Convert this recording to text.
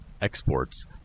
exports